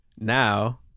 now